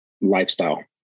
lifestyle